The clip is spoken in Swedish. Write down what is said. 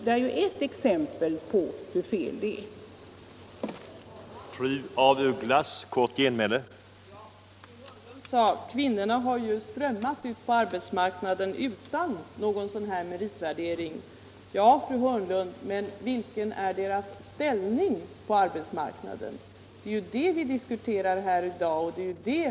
Det är ett exempel på hur felaktig den nuvarande meritvärderingen är.